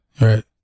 right